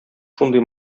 шундый